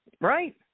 right